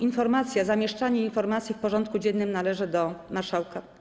Informacja, zamieszczanie informacji w porządku dziennym należy do marszałka.